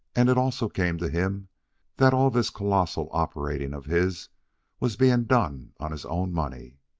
and it also came to him that all this colossal operating of his was being done on his own money.